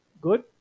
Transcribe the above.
good